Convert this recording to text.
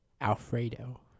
Alfredo